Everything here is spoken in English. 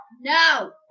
No